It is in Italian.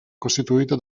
costituita